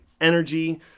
energy